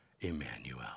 Emmanuel